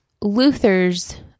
Luther's